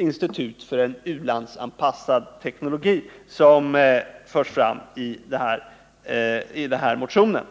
institut för u-landsanpassad teknologi som förs fram i motionen.